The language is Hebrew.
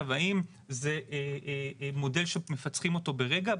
האם זה מודל שמפצחים אותו ברגע?